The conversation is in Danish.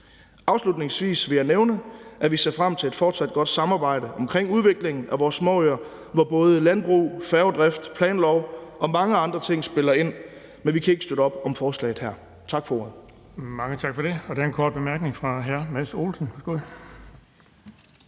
Afslutningsvis vil jeg nævne, at vi ser frem til et fortsat godt samarbejde omkring udviklingen af vores småøer, hvor både landbrug, færgedrift, planlov og mange andre ting spiller ind, men vi kan ikke støtte op om forslaget her. Tak for ordet.